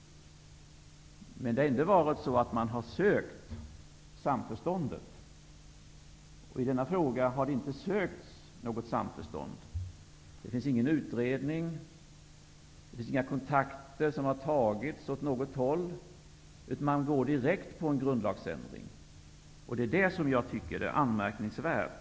Men det har inte varit så att man har sökt samförståndet. I denna fråga har det heller inte sökts något samförstånd. Det finns ingen utredning eller några kontakter som har tagits åt något håll, utan man föreslår direkt en grundlagsändring. Det är detta jag tycker är anmärkningsvärt.